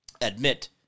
admit